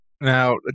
Now